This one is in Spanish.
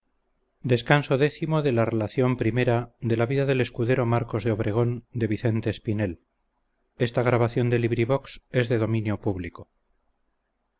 la donosa narración de las aventuras del escudero marcos de obregón